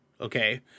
Okay